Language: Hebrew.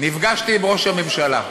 נפגשתי עם ראש הממשלה,